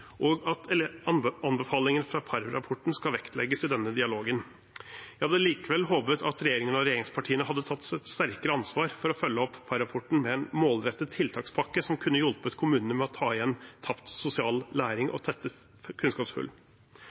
fra Parr-rapporten skal vektlegges i denne dialogen. Jeg hadde likevel håpet at regjeringen og regjeringspartiene hadde tatt et sterkere ansvar for å følge opp Parr-rapporten med en målrettet tiltakspakke som kunne hjulpet kommunene med å ta igjen tapt sosial og faglig læring og tette